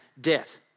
debt